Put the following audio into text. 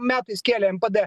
metais kėlė npd